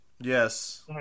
Yes